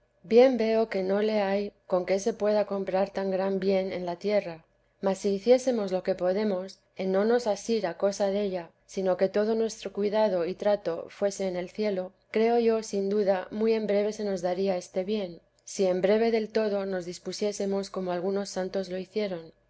bien veo que no le hay con que se pueda comprar tan gran bien en la tierra mas si hiciésemos lo que podemos en no nos asir a cosa della sino que todo nuestro cuidado y trato fuese en el cielo creo yo sin duda muy en breve se nos daría este bien si en breve del todo nos dispusiésemos como algunos santos lo hicieron